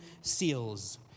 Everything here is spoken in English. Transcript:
seals